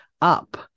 up